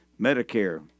Medicare